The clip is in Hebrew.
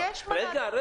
יש מה לעשות.